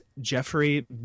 Jeffrey